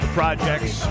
projects